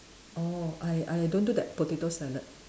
orh I I don't do that potato salad